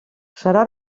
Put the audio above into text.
serà